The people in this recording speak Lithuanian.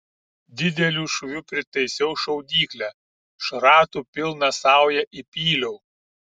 dideliu šūviu pritaisiau šaudyklę šratų pilną saują įpyliau